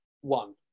one